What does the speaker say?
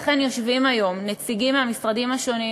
לכן יושבים היום נציגים מהמשרדים השונים,